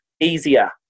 easier